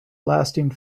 lasting